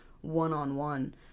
one-on-one